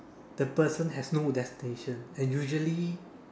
the person has no destination and usually